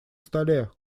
столе